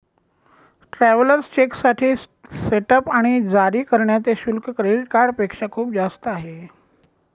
travellers चेकसाठी setup आणि जारी करण्याचे शुल्क क्रेडिट कार्डपेक्षा खूप जास्त आहे